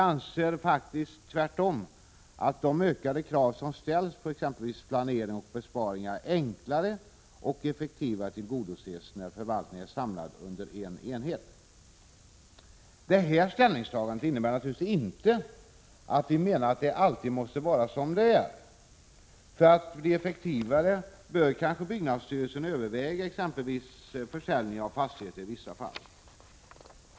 Tvärtom anser vi att de ökade krav som ställs på exempelvis planering och besparingar enklare och effektivare tillgodoses när förvaltningen är samlad under en enhet. Detta ställningstagande innebär naturligtvis inte att vi menar att det alltid måste vara som det är. För effektivitetens skull bör byggnadsstyrelsen kanske överväga exempelvis försäljning av fastigheter i vissa fall.